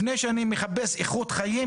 לפני שאני מחפש איכות חיים,